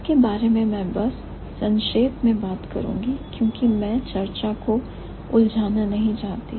इनके बारे में मैं बस संक्षेप में बात करूंगी क्योंकि मैं इस चर्चा को उलझाना नहीं चाहती